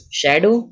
shadow